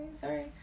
sorry